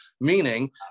Meaning